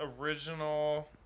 original